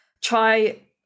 try